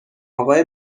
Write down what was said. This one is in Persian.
اقا